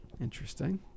Interesting